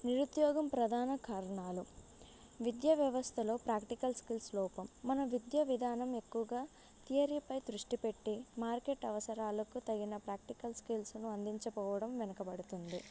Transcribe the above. నిరుద్యోగం ప్రధాన కారణాలు విద్యా వ్యవస్థలో ప్రాక్టికల్ స్కిల్స్ లోపం మన విద్య విధానం ఎక్కువగా థయరీపై దృష్టి పెట్టి మార్కెట్ అవసరాలకు తగిన ప్రాక్టికల్ స్కిల్స్ను అందించపోవడం వెనకబడుతుంది